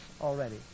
already